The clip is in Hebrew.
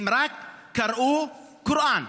הם רק קראו קוראן.